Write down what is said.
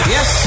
Yes